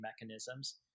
mechanisms